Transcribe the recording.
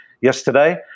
yesterday